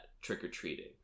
trick-or-treating